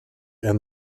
and